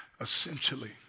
essentially